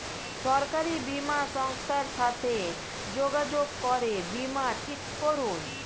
সরকারি বীমা সংস্থার সাথে যোগাযোগ করে বীমা ঠিক করুন